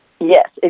Yes